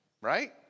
Right